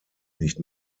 nicht